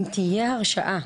אם תהיה הרשאה,